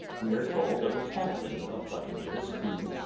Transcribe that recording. we are told of a captain of buccaneers, who,